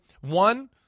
one